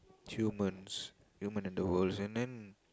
humans human and the world and then